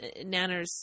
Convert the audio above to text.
Nanners